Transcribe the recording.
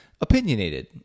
opinionated